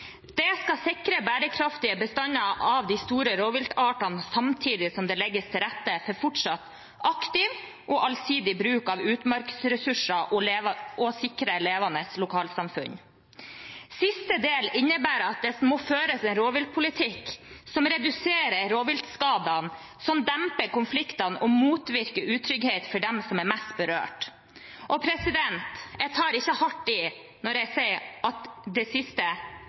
Det skal sikre bærekraftige bestander av de store rovviltartene samtidig som det legges til rette for fortsatt aktiv og allsidig bruk av utmarksressurser, og sikre levende lokalsamfunn. Siste del innebærer at det må føres en rovviltpolitikk som reduserer rovviltskadene, som demper konfliktene og motvirker utrygghet for dem som er mest berørt. Jeg tar ikke hardt i når det gjelder det siste